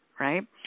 Right